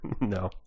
No